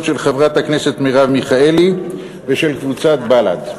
של חברת הכנסת מרב מיכאלי ושל קבוצת בל"ד.